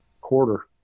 quarter